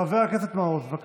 חבר הכנסת מעוז, בבקשה.